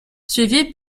suivi